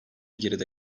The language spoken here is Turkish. geride